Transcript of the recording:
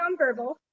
nonverbal